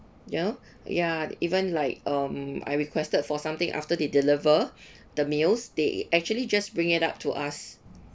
you know ya even like um I requested for something after they deliver the meals they actually just bring it up to us